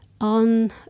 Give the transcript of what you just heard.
on